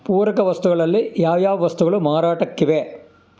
ಪೂರಕ ವಸ್ತುಗಳಲ್ಲಿ ಯಾವ್ಯಾವ ವಸ್ತುಗಳು ಮಾರಾಟಕ್ಕಿವೆ